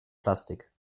plastik